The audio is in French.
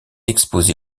exposée